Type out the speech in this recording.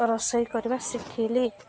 ରୋଷେଇ କରିବା ଶିଖିଲି